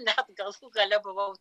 net galų gale buvau